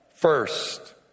first